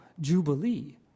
jubilee